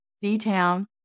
D-Town